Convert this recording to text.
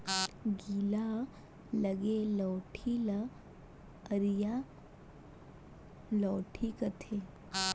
खीला लगे लउठी ल अरिया लउठी कथें